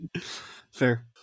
Fair